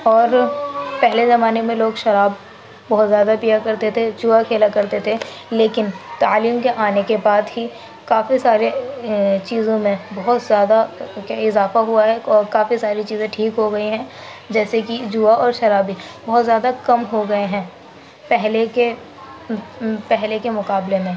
اور پہلے زمانے میں لوگ شراب بہت زیادہ پیا کرتے تھے جوا کھیلا کرتے تھے لیکن تعلیم کے آنے کے بعد ہی کافی سارے چیزوں میں بہت زیادہ اضافہ ہوا ہے اور کافی ساری چیزیں ٹھیک ہو گئی ہیں جیسے کہ جوا اور شرابی بہت زیادہ کم ہو گئے ہیں پہلے کے پہلے کے مقابلے میں